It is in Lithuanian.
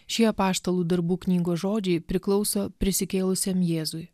šį apaštalų darbų knygos žodžiai priklauso prisikėlusiam jėzui